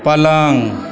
पलङ्ग